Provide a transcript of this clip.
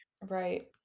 Right